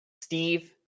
Steve